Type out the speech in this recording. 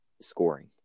scoring